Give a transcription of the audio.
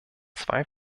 zwei